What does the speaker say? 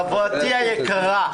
חברתי היקרה,